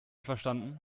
verstanden